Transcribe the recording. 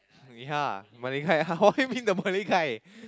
ya Malay guy what you mean the Malay guy